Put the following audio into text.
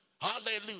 Hallelujah